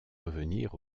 revenir